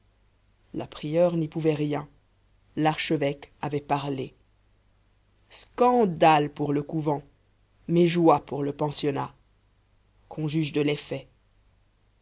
la prieure n'y pouvait rien l'archevêque avait parlé scandale pour le couvent mais joie pour le pensionnat qu'on juge de l'effet